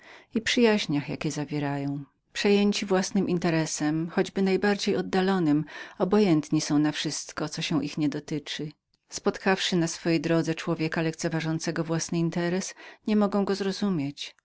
i przyjaźniach jakie zawierają namiętni dla własnego interesu choćby najbardziej oddalonego obojętni są na wszystko co się ich nie dotyczy spotkawszy na drodze życia człowieka lekce ważącego własny interes niemogą go zrozumieć